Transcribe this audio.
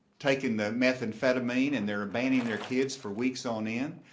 taking the methamphetamine and they're abandoning their kids for weeks on end.